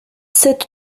sept